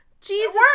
Jesus